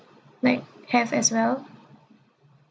might have as well